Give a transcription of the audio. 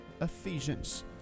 Ephesians